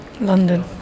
London